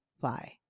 fly